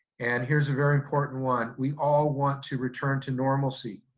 and here's a very important one, we all want to return to normalcy.